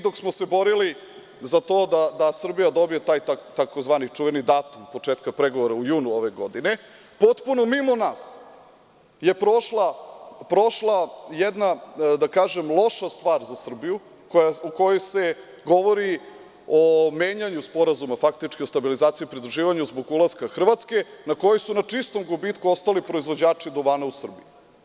Dok smo se borili za to da Srbija dobije taj tzv. datum početka pregovora u junu ove godine, potpuno mimo nas je prošla jedna loša stvar za Srbiju gde se govori o menjanju sporazuma, o stabilizaciji i pridruživanju zbog ulaska Hrvatske, gde su na čistom gubitku ostali proizvođači duvana u Srbiji.